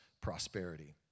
prosperity